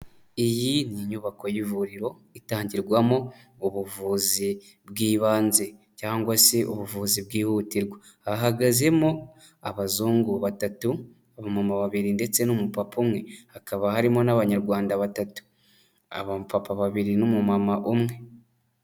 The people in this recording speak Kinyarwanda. Iyi ni nyubako y'ivuriro, itangirwamo ubuvuzi bw'ibanze cyangwa se ubuvuzi bwihutirwa, hahagazemo abazungu batatu, abamama babiri ndetse n'umupapa umwe, hakaba harimo n'Abanyarwanda batatu, abapapa babiri n'umumama umwe.